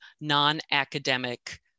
non-academic